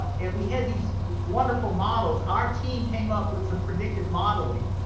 and we had these wonderful models, our team came up with some predictive modeling.